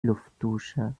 luftdusche